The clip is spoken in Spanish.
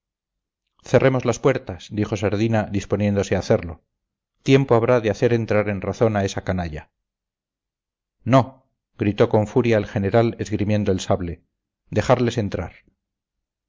cerremos las puertas dijo sardina disponiéndose a hacerlo tiempo habrá de hacer entrar en razón a esa canalla no gritó con furia el general esgrimiendo el sable dejarles entrar